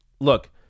look